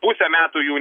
pusę metų jų